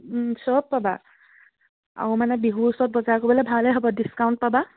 চব পাবা আৰু মানে বিহুৰ ওচৰত বজাৰ কৰিবলে ভালেই হ'ব ডিচকাউণ্ট পাবা